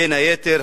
בין היתר,